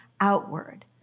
outward